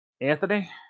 Anthony